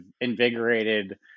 invigorated